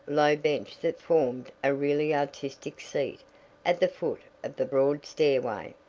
low bench that formed a really artistic seat at the foot of the broad stairway.